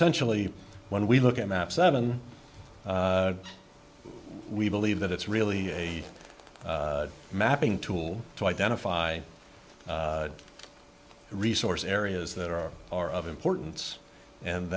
sentially when we look at map seven we believe that it's really a mapping tool to identify resource areas that are are of importance and